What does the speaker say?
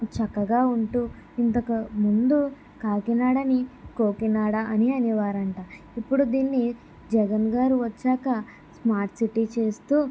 చక్కగా ఉంటూ ఇంతక ముందు కాకినాడని కోకినాడ అని అనేవారట ఇప్పుడు దీన్ని జగన్ గారు వచ్చాక స్మార్ట్ సిటీ చేస్తూ